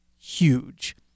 huge